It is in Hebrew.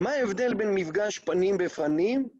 מה ההבדל בין מפגש פנים בפנים?